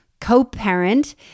co-parent